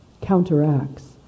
counteracts